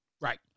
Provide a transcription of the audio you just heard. Right